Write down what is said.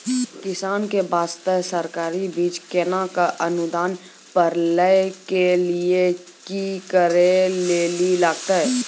किसान के बास्ते सरकारी बीज केना कऽ अनुदान पर लै के लिए की करै लेली लागतै?